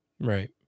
Right